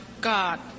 God